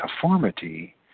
conformity